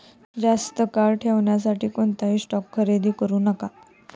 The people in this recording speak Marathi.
जास्त काळ ठेवण्यासाठी कोणताही स्टॉक खरेदी करू नका